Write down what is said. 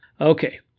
Okay